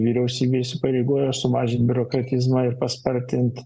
vyriausybė įsipareigojo sumažint biurokratizmą ir paspartint